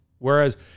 Whereas